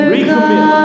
Recommit